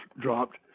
dropped